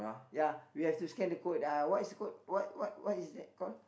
ya we have to scan the code ya what is called what what what is called